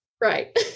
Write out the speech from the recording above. Right